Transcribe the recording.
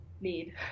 need